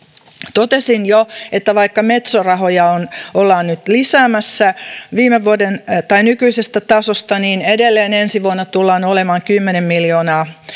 totesin jo että vaikka metso rahoja ollaan nyt lisäämässä nykyisestä tasosta edelleen ensi vuonna tullaan olemaan kymmenen miljoonaa